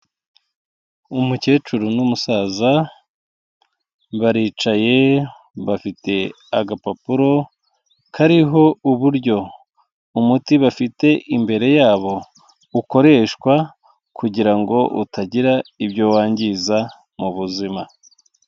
Umukecuru n'umusaza baricaye bafite agapapuro kariho uburyo, umuti bafite imbere yabo ukoreshwa, kugira ngo utagira ibyo wangiriza mu buzima.